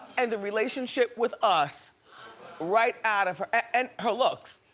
and the relationship with us right out of her. and her looks.